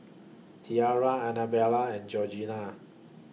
Tiara Annabelle and Georgina